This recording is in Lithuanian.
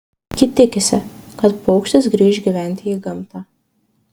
ji tikisi kad paukštis grįš gyventi į gamtą